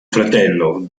fratello